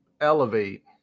elevate